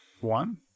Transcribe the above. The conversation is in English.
one